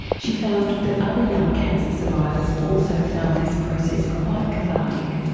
she found that other young cancer survivors also found this process quite cathartic.